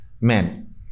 men